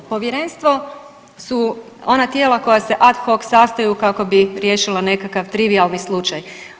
Povjerenstvo su ona tijela koja se ad hoc sastaju kako bi riješila nekakav trivijalni slučaj.